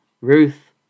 Ruth